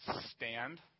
stand